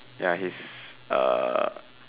ya he's uh